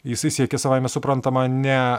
jisai siekė savaime suprantama ne